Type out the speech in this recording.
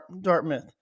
Dartmouth